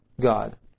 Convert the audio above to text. God